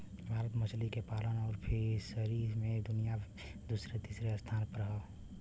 भारत मछली के पालन आउर फ़िशरी मे दुनिया मे दूसरे तीसरे स्थान पर हौ